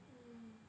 mm